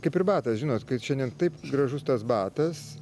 kaip ir batas žinot šiandien taip gražus tas batas